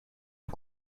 une